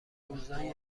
روزای